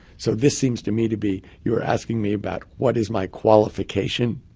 so this seems to me to be, you're asking me about what is my qualification